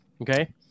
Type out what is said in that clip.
Okay